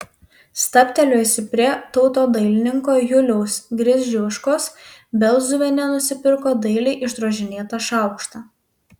stabtelėjusi prie tautodailininko juliaus gridziuškos belzuvienė nusipirko dailiai išdrožinėtą šaukštą